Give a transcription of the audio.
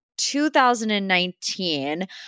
2019